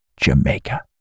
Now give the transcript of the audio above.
Jamaica